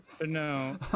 No